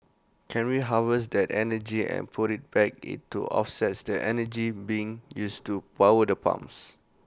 can we harvest that energy and put IT back in to offset the energy being used to power the pumps